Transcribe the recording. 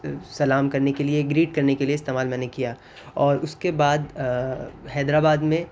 سلام کرنے کے لیے گریٹ کرنے کے لیے استعمال میں نے کیا اور اس کے بعد حیدر آباد میں